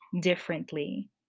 differently